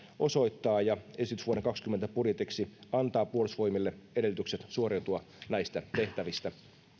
osoittaa ja esitys vuoden kaksikymmentä budjetiksi antaa puolustusvoimille edellytykset suoriutua näistä tehtävistä